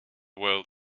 world